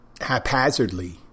Haphazardly